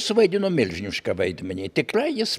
suvaidino milžinišką vaidmenį tikrai jis